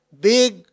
big